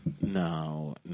No